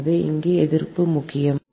எனவே இங்கே எதிர்ப்பு முக்கியம்